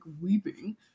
weeping